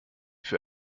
für